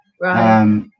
Right